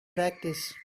practice